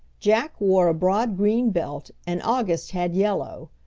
jack wore a broad green belt and august had yellow.